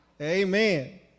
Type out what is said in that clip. Amen